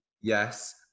Yes